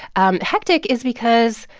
and hectic is because,